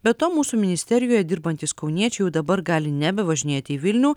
be to mūsų ministerijoje dirbantys kauniečiai jau dabar gali nebevažinėti į vilnių